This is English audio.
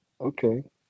Okay